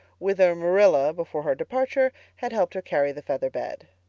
whither marilla, before her departure, had helped her carry the feather bed.